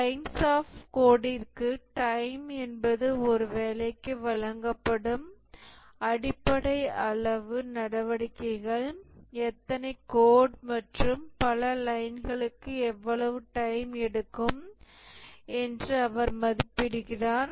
lines of கோடிற்கு time என்பது ஒரு வேலைக்கு வழங்கப்படும் அடிப்படை அளவு நடவடிக்கைகள் எத்தனை கோட் மற்றும் பல லைன்களுக்கு எவ்வளவு டைம் எடுக்கும் என்று அவர் மதிப்பிடுகிறார்